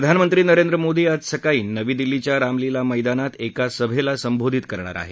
प्रधानमंत्री नरेंद्र मोदी आज सकाळी नवी दिल्लीच्या रामलीला मैदानात एका सभेला संबोधित करणार आहेत